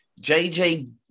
JJ